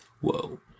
Whoa